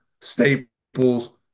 staples